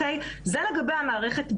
זה לגבי המערכת בקהילה.